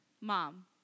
Mom